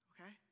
Okay